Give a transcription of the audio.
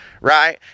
right